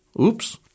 Oops